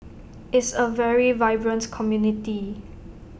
is A very vibrant community